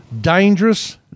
Dangerous